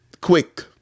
quick